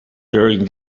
during